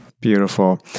Beautiful